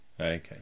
Okay